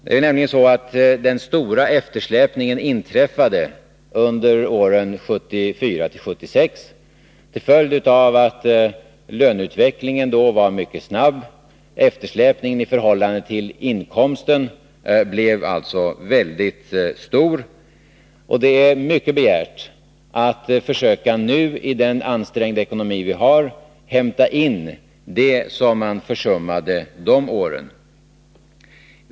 Den stora eftersläpningen inträffade under åren 1974—1976 till följd av att löneutvecklingen då var mycket snabb. Eftersläpningen i förhållande till inkomsten blev alltså väldigt stor. Det är mycket begärt att vi i den ansträngda ekonomi som vi nu har skall kunna hämta in det som försummades under de åren.